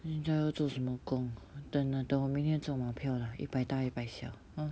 现在要做什么工我等啦等我明天中马票啦一百大一百小 hor